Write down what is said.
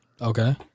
Okay